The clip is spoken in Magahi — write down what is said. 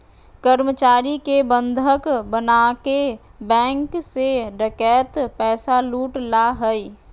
कर्मचारी के बंधक बनाके बैंक से डकैत पैसा लूट ला हइ